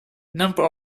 number